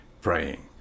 praying